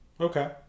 Okay